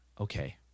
Okay